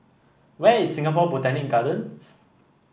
where is Singapore Botanic Gardens